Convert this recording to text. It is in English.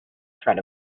threat